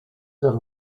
that